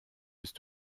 bist